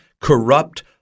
corrupt